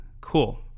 Cool